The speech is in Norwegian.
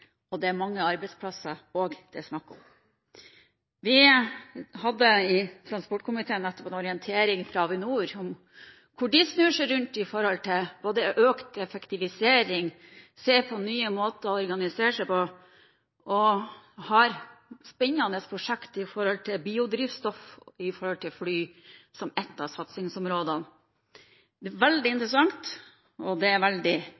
også snakk om mange arbeidsplasser. Vi hadde i transportkomiteen nettopp en orientering fra Avinor om hvordan de snur seg rundt i forhold til både økt effektivisering og nye måter å organisere seg på, og de har spennende prosjekter når det gjelder biodrivstoff for fly som ett av satsingsområdene. Det er veldig interessant, og det er veldig